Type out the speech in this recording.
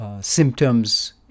symptoms